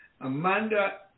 Amanda